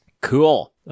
Cool